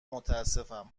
متاسفم